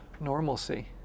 normalcy